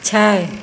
छै